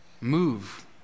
Move